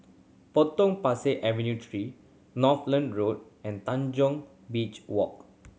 Potong Pasir Avenue Three Northolt Road and Tanjong Beach Walk